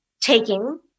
taking